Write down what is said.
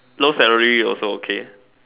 low salary also okay